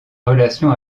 relation